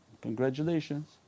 Congratulations